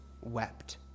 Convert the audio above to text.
wept